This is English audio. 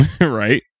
Right